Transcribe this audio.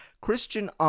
Christian